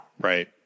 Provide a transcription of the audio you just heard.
Right